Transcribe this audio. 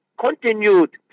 continued